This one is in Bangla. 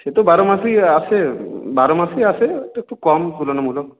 সে তো বারো মাসেই আসে বারো মাসই আসে তো একটু কম তুলনামূলক